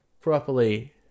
properly